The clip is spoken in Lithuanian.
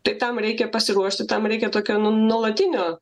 tai tam reikia pasiruošti tam reikia tokio nu nuolatinio